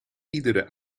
iedere